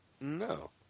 No